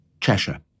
Cheshire